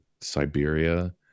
Siberia